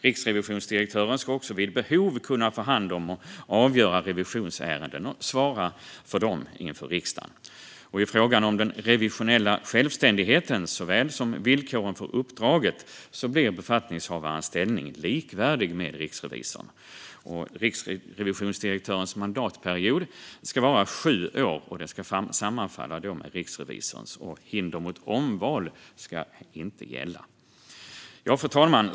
Riksrevisionsdirektören ska också vid behov kunna ta hand om och avgöra revisionsärenden och svara för dem inför riksdagen. I frågan om den revisionella självständigheten såväl som villkoren för uppdraget blir befattningshavarens ställning likvärdig med riksrevisorns. Riksrevisionsdirektörens mandatperiod ska vara sju år, och den ska sammanfalla med riksrevisorns. Hinder mot omval ska inte gälla. Fru talman!